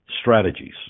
strategies